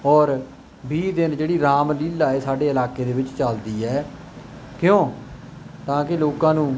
ਔਰ ਵੀਹ ਦਿਨ ਜਿਹੜੀ ਰਾਮ ਲੀਲਾ ਹੈ ਸਾਡੇ ਇਲਾਕੇ ਦੇ ਵਿੱਚ ਚੱਲਦੀ ਹੈ ਕਿਉਂ ਤਾਂ ਕਿ ਲੋਕਾਂ ਨੂੰ